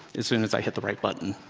as soon as i hit the right button.